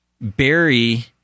Barry